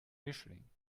mischling